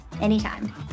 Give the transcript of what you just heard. Anytime